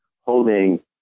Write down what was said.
holding